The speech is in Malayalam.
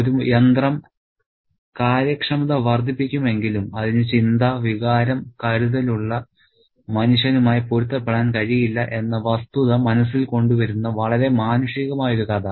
ഒരു യന്ത്രം കാര്യക്ഷമത വർദ്ധിപ്പിക്കുമെങ്കിലും അതിന് ചിന്ത വികാരം കരുതലുള്ള മനുഷ്യനുമായി പൊരുത്തപ്പെടാൻ കഴിയില്ല എന്ന വസ്തുത മനസ്സിൽ കൊണ്ടുവരുന്ന വളരെ മാനുഷികമായ ഒരു കഥ